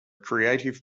creative